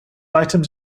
items